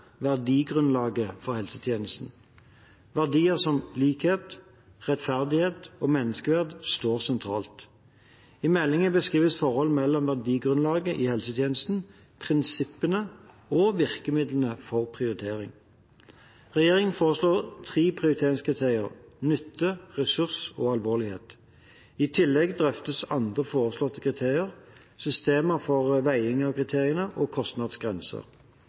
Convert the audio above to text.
verdigrunnlaget for helsetjenesten. Verdier som likhet, rettferdighet og menneskeverd står sentralt. I meldingen beskrives forholdet mellom verdigrunnlaget i helsetjenesten, prinsippene og virkemidlene for prioritering. Regjeringen foreslår tre prioriteringskriterier: nytte, ressurs og alvorlighet. I tillegg drøftes andre foreslåtte kriterier, systemer for veiing av kriteriene og kostnadsgrenser.